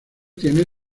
tiene